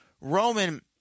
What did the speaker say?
Roman –